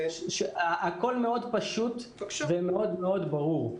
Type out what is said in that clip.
הכול מאוד פשוט ומאוד ברור.